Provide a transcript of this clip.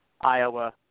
Iowa